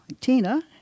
Tina